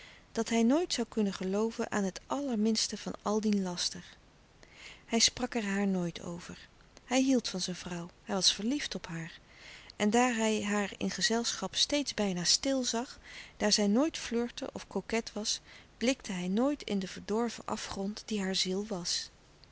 dat hij nooit zoû kunnen gelooven aan het allerminste van al dien laster hij sprak er haar nooit over hij hield van zijn vrouw hij was verliefd op haar en daar hij haar in gezelschap steeds bijna stil zag daar zij nooit flirtte of coquet was blikte hij nooit in den verdorven afgrond die haar ziel was